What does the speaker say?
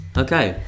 okay